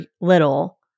little